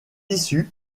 issue